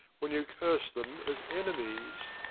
when you curse them as enemies.